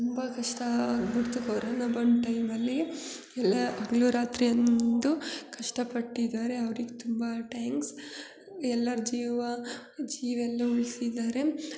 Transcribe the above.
ತುಂಬ ಕಷ್ಟ ಆಗಿಬಿಡ್ತು ಕೊರೊನ ಬಂದ ಟೈಮಲ್ಲಿ ಎಲ್ಲ ಹಗ್ಲು ರಾತ್ರಿ ಅಂದು ಕಷ್ಟಪಟ್ಟಿದ್ದಾರೆ ಅವ್ರಿಗೆ ತುಂಬ ಟ್ಯಾಂಕ್ಸ್ ಎಲ್ಲರ ಜೀವ ಜೀವ ಎಲ್ಲ ಉಳ್ಸಿದ್ದಾರೆ